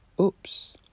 Oops